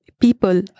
people